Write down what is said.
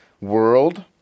world